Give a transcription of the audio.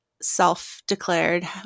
Self-declared